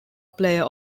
player